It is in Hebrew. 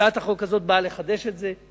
הצעת החוק הזאת באה לחדש את זה,